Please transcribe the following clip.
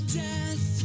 death